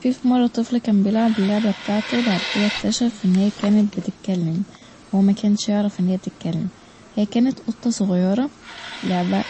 فيه فمره طفل كان بيلعب اللعبة بتاعته وبعد كدا اكتشف ان هي بتتكلم ومكانش يعرف ان هي بتتكلم، هي كانت قطه صغيرة لعبه